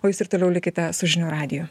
o jūs ir toliau likite su žinių radiju